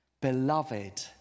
Beloved